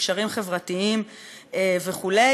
קשרים חברתיים וכו',